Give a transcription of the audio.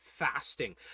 fasting